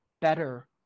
better